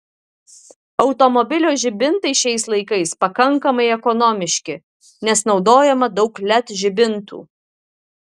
automobilio žibintai šiais laikais pakankamai ekonomiški nes naudojama daug led žibintų